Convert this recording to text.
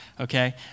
okay